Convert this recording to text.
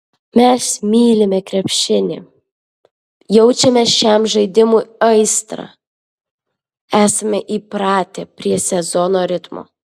mes mylime krepšinį jaučiame šiam žaidimui aistrą esame įpratę prie sezono ritmo